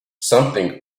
something